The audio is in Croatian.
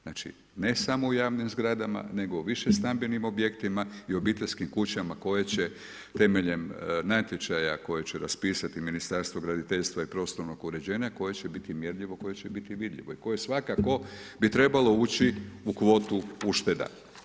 Znači, ne samo u javnim zgradama nego u višestambenim objektima i obiteljskim kućama koje će temeljem natječaja koje će raspisati Ministarstvo graditeljstva i prostornog uređenja koje će biti mjerljivo i koje će biti vidljivo i koje svakako bi trebalo ući u kvotu ušteda.